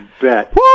bet